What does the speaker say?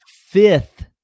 Fifth